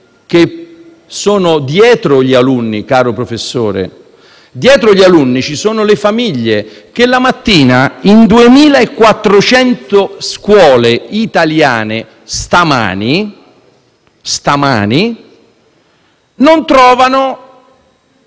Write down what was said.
che sono dietro gli alunni. Caro professore, dietro agli alunni ci sono le famiglie, che ogni mattina in 2.400 scuole italiane - anche stamani - trovano